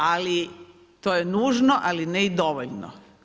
Ali to je nužno, ali ne i dovoljno.